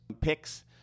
picks